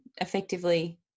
effectively